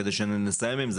כדי שנסיים עם זה.